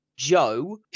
joe